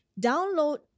download